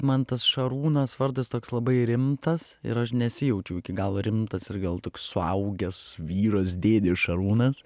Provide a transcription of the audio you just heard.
man tas šarūnas vardas toks labai rimtas ir aš nesijaučiau iki galo rimtas ir gal toks paaugęs vyras dėdė šarūnas